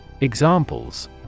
Examples